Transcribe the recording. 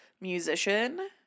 musician